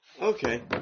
Okay